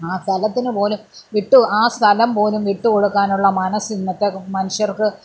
ആ സലത്തിനു പോലും വിട്ടു ആ സ്ഥലം പോലും വിട്ടുകൊടുക്കാനുള്ള മനസ്സിന്നത്തെ മനുഷ്യർക്ക്